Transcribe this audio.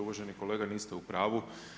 Uvaženi kolega, niste u pravu.